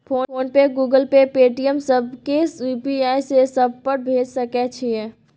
Phone पे, Google Pay, Paytm, सब के UPI से सब पर भेज सके छीयै?